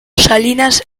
salinas